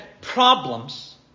problems